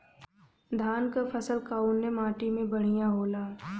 धान क फसल कवने माटी में बढ़ियां होला?